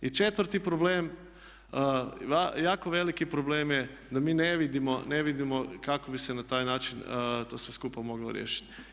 I četvrti problem, jako veliki problem je da mi ne vidimo kako bi se na taj način to sve skupa moglo riješiti.